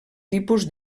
tipus